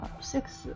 Six